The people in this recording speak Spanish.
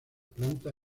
planta